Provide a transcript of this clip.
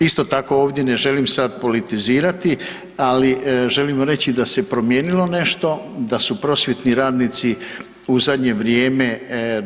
Isto tako, ovdje ne želim sad politizirati, ali želim reći da se promijenilo nešto, da su prosvjetni radnici u zadnje vrijeme